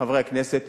חברי הכנסת,